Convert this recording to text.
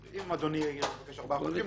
אם אדוני יבקש ארבעה חודשים,